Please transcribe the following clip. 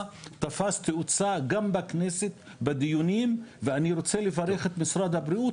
תפס תאוצה גם בכנסת בדיונים ואני רוצה לברך את משרד הבריאות